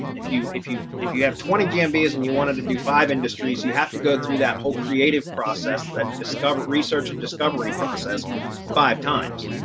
if you if you if you have twenty champions and you wanted to do five industries, you have to go through that whole creative process that discovery research and discovery process five times,